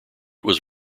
was